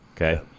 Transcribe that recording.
Okay